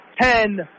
Ten